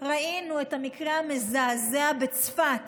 ראינו את המקרה המזעזע בצפת